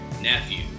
nephew